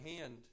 hand